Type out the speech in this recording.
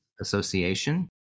Association